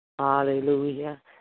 Hallelujah